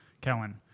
Kellen